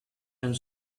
and